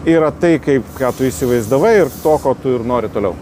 yra tai kaip ką tu įsivaizdavai ir to ko tu nori toliau